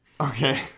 Okay